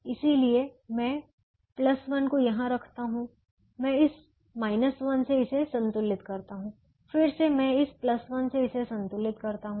इसलिए मैं 1 को यहां रखता हूं मैं इस 1 से इसे संतुलित करता हूं फिर से मैं इस 1 से इसे संतुलित करता हूं